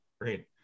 Great